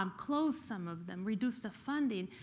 um close some of them, reduce the funding,